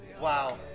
Wow